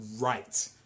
right